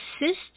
assist